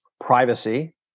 privacy